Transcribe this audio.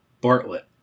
Bartlett